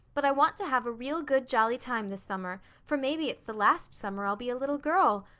but i want to have a real good jolly time this summer, for maybe it's the last summer i'll be a little girl.